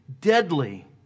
Deadly